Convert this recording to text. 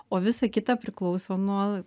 o visa kita priklauso nuo